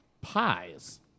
pies